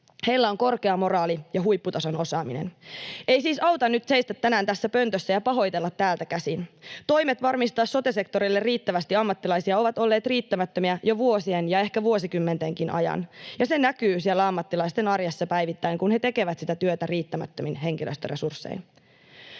Heillä on korkea moraali ja huipputason osaaminen. Ei siis auta nyt seistä tänään tässä pöntössä ja pahoitella täältä käsin. Toimet varmistaa sote-sektorille riittävästi ammattilaisia ovat olleet riittämättömiä jo vuosien ja ehkä vuosikymmentenkin ajan, ja se näkyy siellä ammattilaisten arjessa päivittäin, kun he tekevät sitä työtä riittämättömin henkilöstöresurssein.